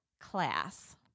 class